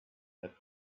that